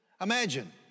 Imagine